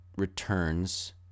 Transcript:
Returns